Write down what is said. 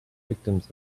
victims